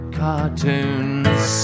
cartoons